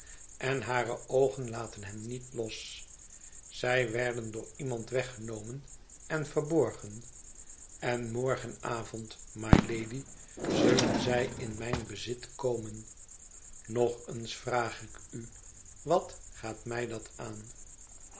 en hare oogen laten hem niet los zij werden door iemand weggenomen en verborgen en morgenavond rnylady zullen zij in mijn bezit komen nog eens vraag ik u wat gaat mij dat aan